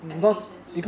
application fee